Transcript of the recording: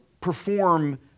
perform